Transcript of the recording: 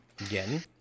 again